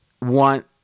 want